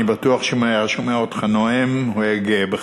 אני בטוח שאם הוא היה שומע אותך נואם הוא היה גאה בך.